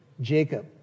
Jacob